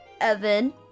Evan